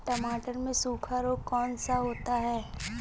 टमाटर में सूखा रोग कौन सा होता है?